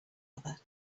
other